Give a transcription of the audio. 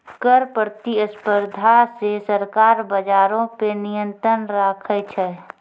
कर प्रतिस्पर्धा से सरकार बजारो पे नियंत्रण राखै छै